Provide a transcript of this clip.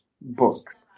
books